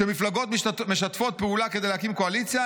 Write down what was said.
"כשמפלגות משתפות פעולה כדי להקים קואליציה,